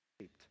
shaped